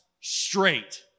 straight